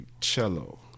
cello